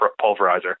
Pulverizer